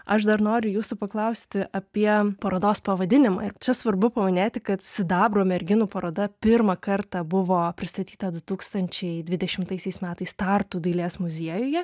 aš dar noriu jūsų paklausti apie parodos pavadinimą ir čia svarbu paminėti kad sidabro merginų paroda pirmą kartą buvo pristatyta du tūkstančiai dvidešimtais metais tartu dailės muziejuje